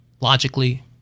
logically